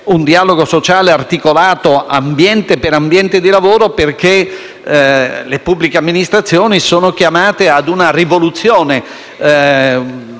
un dialogo sociale articolato ambiente per ambiente di lavoro, perché le pubbliche amministrazioni sono chiamate ad una rivoluzione.